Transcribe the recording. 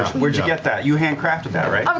where'd you get that? you handcrafted that, right?